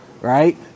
right